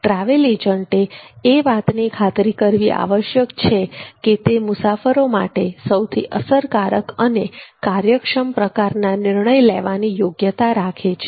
travel એજન્ટે એ ખાતરી કરવી આવશ્યક છે કે તે મુસાફરો માટે સૌથી અસરકારક અને કાર્યક્ષમ પ્રકારના નિર્ણય લેવાની યોગ્યતા રાખે છે